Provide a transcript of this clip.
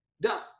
done